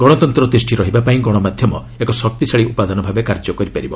ଗଣତନ୍ତ୍ର ତିଷ୍ଠି ରହିବାପାଇଁ ଗଣମାଧ୍ୟମ ଏକ ଶକ୍ତିଶାଳୀ ଉପାଦାନ ଭାବେ କାର୍ଯ୍ୟ କରିପାରିବ